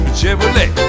Chevrolet